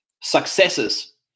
successes